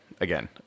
again